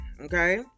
okay